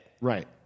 Right